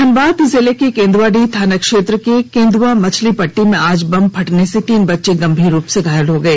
धनबाद जिले के केंदुआडीह थाना क्षेत्र के केन्दुआ मछली पट्टी में आज बम फटने से तीन बच्चे गंभीर रूप से घायल हो गए